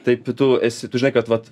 taip tu esi tu žinai kad vat